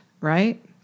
right